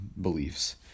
beliefs